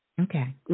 Okay